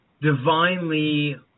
divinely